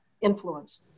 influence